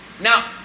now